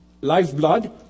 lifeblood